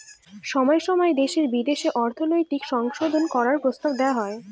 সময় সময় দেশে বিদেশে অর্থনৈতিক সংশোধন করার প্রস্তাব দেওয়া হয়